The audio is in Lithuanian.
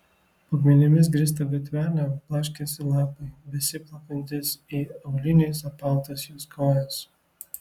po akmenimis grįstą gatvelę blaškėsi lapai besiplakantys į auliniais apautas jos kojas